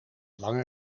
lange